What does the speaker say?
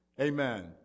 Amen